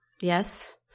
Yes